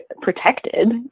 protected